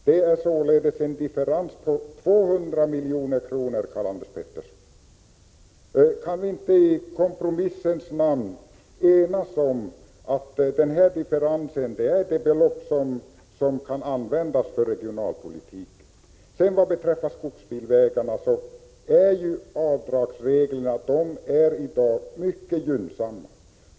Det ger en differens på 200 milj.kr., Karl-Anders Petersson. Kan vi inte i kompromissens namn enas om att denna differens är det belopp som kan användas för regionalpolitiken? Avdragsreglerna för anläggande av skogsbilvägar är i dag mycket gynnsamma.